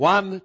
One